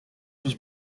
was